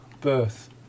birth